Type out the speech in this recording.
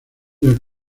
del